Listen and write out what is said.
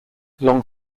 long